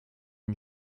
une